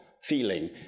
feeling